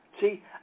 see